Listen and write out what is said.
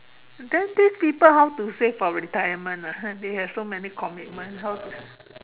then this people how to save for retirement ah !huh! they have so many commitments how to